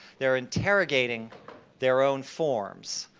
they're interrogating their own forms.